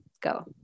Go